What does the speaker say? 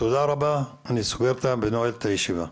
תודה רבה, אני נועל את הישיבה.